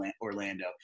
Orlando